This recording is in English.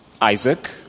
Isaac